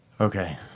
Okay